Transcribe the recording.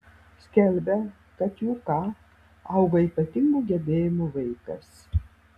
skelbia kad jk auga ypatingų gebėjimų vaikas